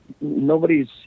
nobody's